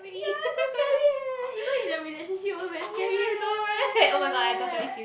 ya so scary eh even in a relationship also very scary eh